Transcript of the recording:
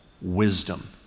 wisdom